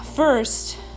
First